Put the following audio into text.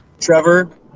Trevor